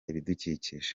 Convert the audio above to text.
ibidukikije